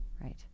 Right